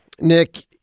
nick